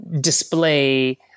display